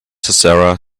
sarah